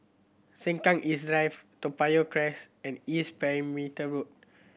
Sengkang East Drive Toa Payoh Crest and East Perimeter Road